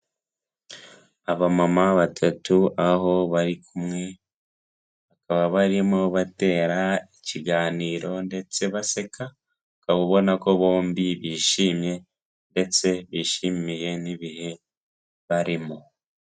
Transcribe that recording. Abamama batatu aho bari kumwe bakaba barimo batera ikiganiro ndetse baseka ukaba ubona ko bombi bishimye ndetse bishimiye n'ibihe barimo.